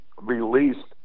released